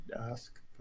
ask